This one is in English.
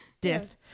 death